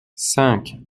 cinq